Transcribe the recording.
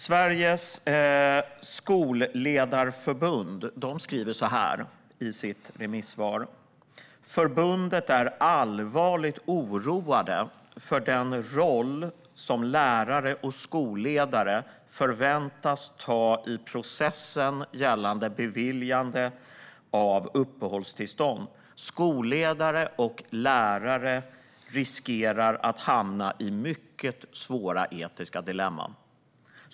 Sveriges Skolledarförbund skriver så här i sitt remissvar: Förbundet är allvarligt oroat över den roll som lärare och skolledare förväntas ta i processen gällande beviljande av uppehållstillstånd. Skolledare och lärare riskerar att hamna i mycket svåra etiska dilemman.